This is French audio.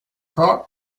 cork